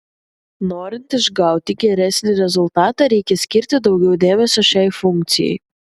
norint išgauti geresnį rezultatą reikia skirti daugiau dėmesio šiai funkcijai